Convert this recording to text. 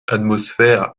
atmosphère